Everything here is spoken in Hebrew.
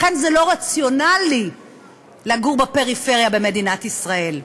לכן, זה לא רציונלי לגור בפריפריה במדינת ישראל.